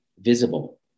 visible